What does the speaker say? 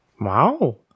Wow